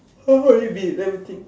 so how have you been everything